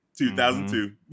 2002